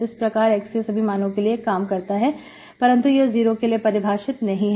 इस प्रकार x के सभी मानो के लिए यह काम करता है परंतु 0 के लिए परिभाषित नहीं है